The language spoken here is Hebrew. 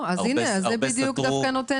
הרבה סתרו.